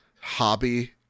Hobby